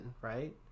right